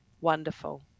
wonderful